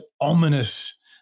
ominous